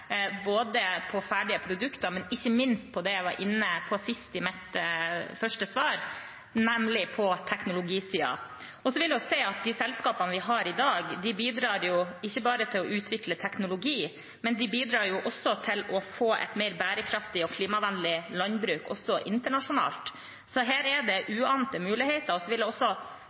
både på ferdige produkt, og ikke minst på det jeg var inne på sist i mitt første svar, nemlig på teknologisiden. Så vil jeg si at de selskapene vi har i dag, ikke bare bidrar til å utvikle teknologi, men de bidrar til å få et mer bærekraftig og klimavennlig landbruk også internasjonalt. Så her er det uante muligheter.